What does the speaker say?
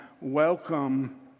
Welcome